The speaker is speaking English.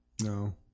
no